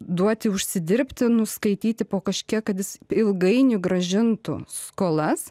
duoti užsidirbti nuskaityti po kažkiek kad jis ilgainiui grąžintų skolas